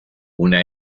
una